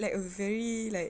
like a very like